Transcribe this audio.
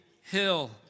hill